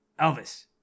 Elvis